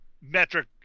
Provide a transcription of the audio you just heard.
metric